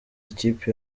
ikipe